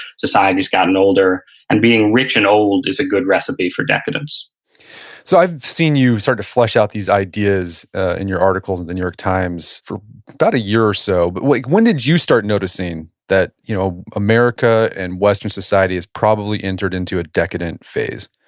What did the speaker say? society's gotten older and being rich and old is a good recipe for decadence so, i've seen you start to flesh out these ideas in your articles in the new york times for about a year or so. but like when did you start noticing that you know america and western society has probably entered into a decadent phase?